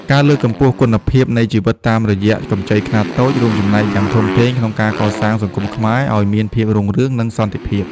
ការលើកកម្ពស់គុណភាពជីវិតតាមរយៈកម្ចីខ្នាតតូច រួមចំណែកយ៉ាងធំធេងក្នុងការកសាងសង្គមខ្មែរឱ្យមានភាពរុងរឿង និងសន្តិភាព។